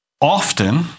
Often